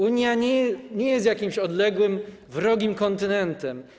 Unia nie jest jakimś odległym wrogim kontynentem.